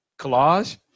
collage